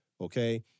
Okay